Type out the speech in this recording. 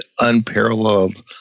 unparalleled